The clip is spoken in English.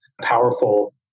powerful